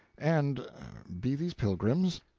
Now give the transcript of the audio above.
and be these pilgrims?